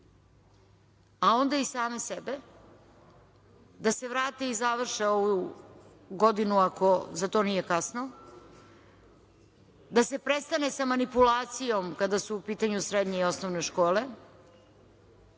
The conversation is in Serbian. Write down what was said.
a onda i sami sebe, da se vrate i završe ovu godinu ako za to nije kasno, da se prestane sa manipulacijom kada su u pitanju srednje i osnovne škole